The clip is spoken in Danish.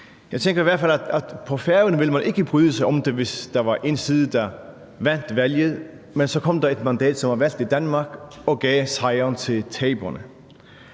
Jeg tænker i hvert fald, at man på Færøerne ikke ville bryde sig om det, hvis der var en side, der vandt valget, men at der så kom et mandat, som var valgt i Danmark, og gav sejren til taberne.